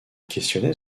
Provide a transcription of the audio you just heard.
questionnait